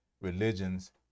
religions